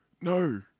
No